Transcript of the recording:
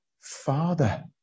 Father